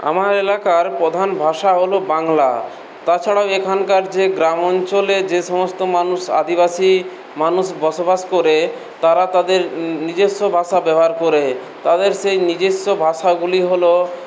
আমার এলাকার প্রধান ভাষা হল বাংলা তাছাড়াও এখানকার যে গ্রাম অঞ্চলে যে সমস্ত মানুষ আদিবাসী মানুষ বসবাস করে তারা তাদের নিজস্ব ভাষা ব্যবহার করে তাদের সেই নিজস্ব ভাষাগুলি হল